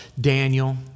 Daniel